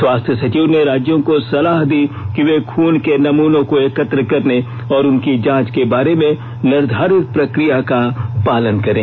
स्वास्थ्य सचिव ने राज्यों को सलाह दी कि वे खून के नमूनों को एकत्र करने और उनकी जांच के बारे में निर्धारित प्रक्रिया का पालन करें